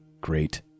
great